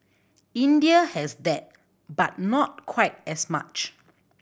India has that but not quite as much